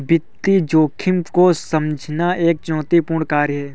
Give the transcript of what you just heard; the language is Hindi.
वित्तीय जोखिम को समझना एक चुनौतीपूर्ण कार्य है